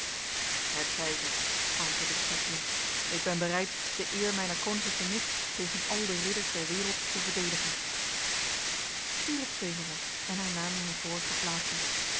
het zij zo antwoordde de chatillon ik ben bereid de eer mijner koninklijke nicht tegen al de ridders der wereld te verdedigen hierop zwegen zij en hernamen hun vorige plaatsen